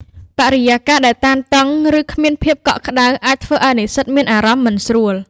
បរិយាកាសដែលតានតឹង ឬគ្មានភាពកក់ក្តៅអាចធ្វើឱ្យនិស្សិតមានអារម្មណ៍មិនស្រួល។